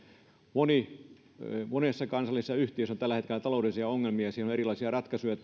kun monessa kansallisessa yhtiössä on tällä hetkellä taloudellisia ongelmia niin siihen on erilaisia ratkaisuja